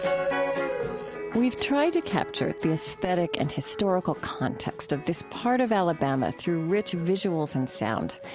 um we've tried to capture the aesthetic and historical context of this part of alabama through rich visuals and sound.